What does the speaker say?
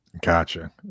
gotcha